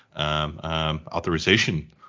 authorization